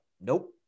nope